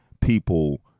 people